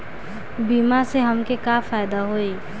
बीमा से हमके का फायदा होई?